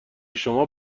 شما